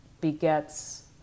begets